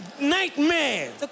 nightmare